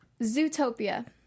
Zootopia